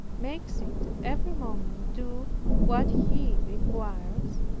makes it every moment do what he requires,